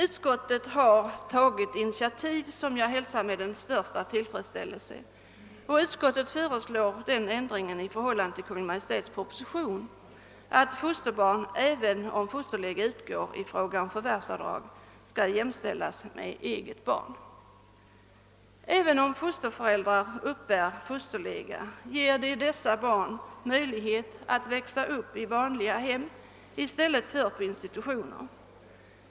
Utskottet har tagit ett initiativ, som jag hälsar med den största tillfredsställelse, nämligen att föreslå den ändringen i förhållande till Kungl. Maj:ts proposition att fosterbarn, även om fosterlega utgår, i fråga om förvärvsavdrag skall jämställas med eget barn. Även om fosterföräldrar uppbär fosterlega, ger de fosterbarnen möjlighet att växa upp i vanliga hem i stället för på institutioner.